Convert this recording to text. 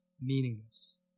meaningless